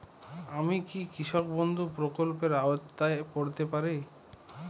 আমি কি কৃষক বন্ধু প্রকল্পের আওতায় পড়তে পারি?